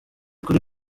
kuri